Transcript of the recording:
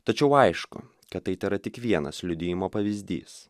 tačiau aišku kad tai tėra tik vienas liudijimo pavyzdys